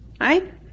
Right